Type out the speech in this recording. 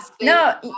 no